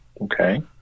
Okay